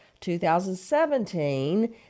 2017